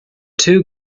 two